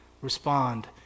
respond